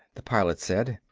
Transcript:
the pilot said.